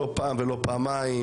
לא פעם ולא פעמיים,